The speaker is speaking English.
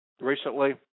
recently